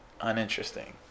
uninteresting